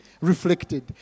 reflected